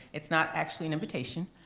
it's not actually an invitation.